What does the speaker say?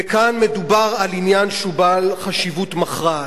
וכאן מדובר על עניין שהוא בעל חשיבות מכרעת.